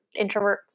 introverts